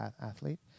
athlete